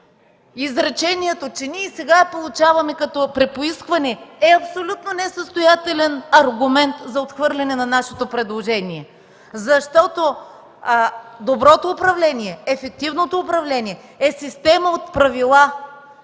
Изречението, че: „Ние и сега я получаваме при поискване”, е абсолютно несъстоятелен аргумент за отхвърляне на нашето предложение, защото доброто управление, ефективното управление е система от правила,